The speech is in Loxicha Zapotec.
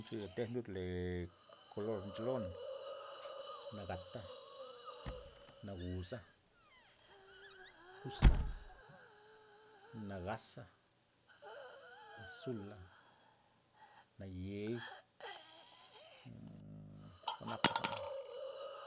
Ncheya tejna lud le kolor ncholon nagata, nagusa, gusa', nagaza, azula', nayei' jwanapa jwa'n.